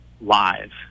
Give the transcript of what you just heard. live